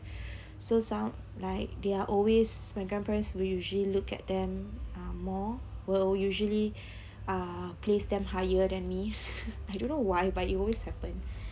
so som~ like they are always my grandparents will usually look at them um more will usually uh place them higher than me I don't know why but it always happen